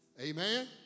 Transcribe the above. Amen